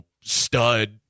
stud